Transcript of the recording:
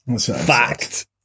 Fact